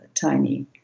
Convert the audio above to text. tiny